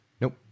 Nope